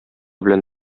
белән